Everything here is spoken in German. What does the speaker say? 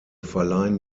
verleihen